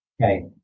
Okay